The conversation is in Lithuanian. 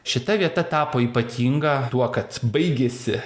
šita vieta tapo ypatinga tuo kad baigėsi